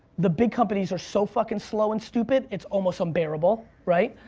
the big companies are so fucking slow and stupid, it's almost unbearable, right?